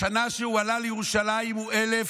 השנה שבה הוא עלה לירושלים היא 1838,